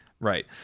Right